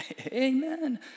amen